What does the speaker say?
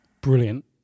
Brilliant